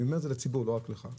אני אומר את זה לציבור ולא רק לך.